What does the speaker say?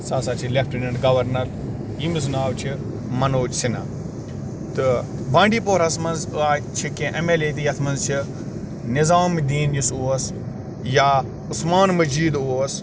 سُہ ہسا چھُ لیٚفٹٕننٛٹ گورنَر ییٚمِس ناو چھُ مَنوج سِنہا تہٕ بانٛڈی پوراہَس منٛز آیہِ اَتہِ چھِ کیٚنٛہہ ایٚم ایٚل اے تہِ یَتھ منٛز چھِ نَظام الدیٖن یُس اوس یا عثمان مٔجیٖد اوس